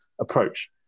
approach